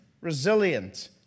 resilient